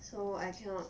so I cannot